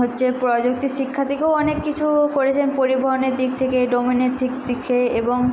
হচ্ছে প্রযুক্তি শিক্ষা থেকেও অনেক কিছু করেছেন পরিবহনের দিক থেকে ডোমেনের দিক থেকে এবং